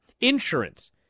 Insurance